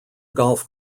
golf